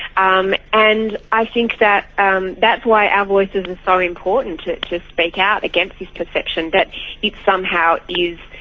um and i think that um that's why our voices are and so important to to speak out against this perception that it somehow is